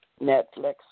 Netflix